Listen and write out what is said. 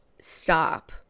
stop